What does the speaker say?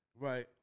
Right